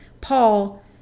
Paul